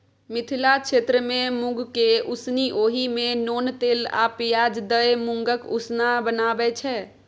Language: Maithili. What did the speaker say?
मिथिला क्षेत्रमे मुँगकेँ उसनि ओहि मे नोन तेल आ पियाज दए मुँगक उसना बनाबै छै